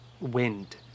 wind